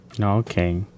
Okay